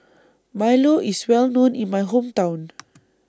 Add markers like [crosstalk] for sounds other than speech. Milo IS Well known in My Hometown [noise]